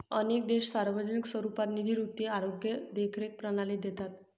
अनेक देश सार्वजनिक स्वरूपात निधी निवृत्ती, आरोग्य देखरेख प्रणाली देतात